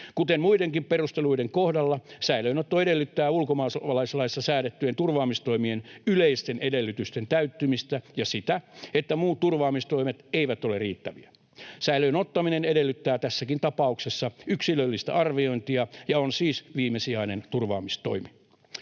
Kuten muidenkin perusteluiden kohdalla, säilöönotto edellyttää ulkomaalaislaissa säädettyjen turvaamistoimien yleisten edellytysten täyttymistä ja sitä, että muut turvaamistoimet eivät ole riittäviä. Säilöön ottaminen edellyttää tässäkin tapauksessa yksilöllistä arviointia ja on siis viimesijainen turvaamistoimi.